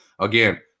again